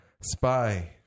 Spy